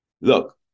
Look